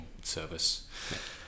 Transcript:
service